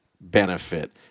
benefit